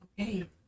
okay